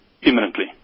Imminently